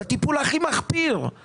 בטיפול הכי מחפיר,